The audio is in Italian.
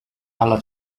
alla